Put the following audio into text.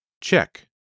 check